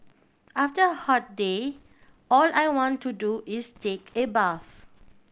after hot day all I want to do is take a bath